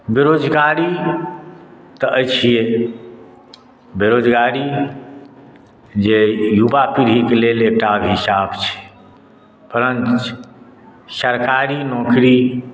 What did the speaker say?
बेरोजगारी तऽ अछि बेरोजगारी जे युवा पीढ़ीक लेल एकटा अभिशाप छै कलंक छै सरकारी नौकरी